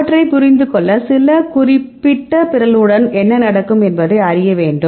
அவற்றை புரிந்துகொள்ள சில குறிப்பிட்ட பிறழ்வுடன் என்ன நடக்கும் என்பதை அறிய வேண்டும்